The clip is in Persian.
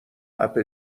اَپ